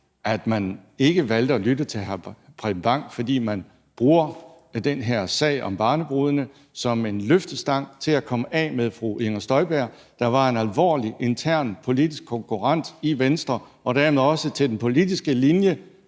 at man valgte ikke at lytte til hr. Preben Bang Henriksen, fordi man bruger den her sag om barnebrudene som en løftestang til at komme af med fru Inger Støjberg, der var en alvorlig intern politisk konkurrent i Venstre og dermed også en udfordrer af den politiske linje